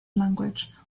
language